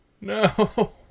No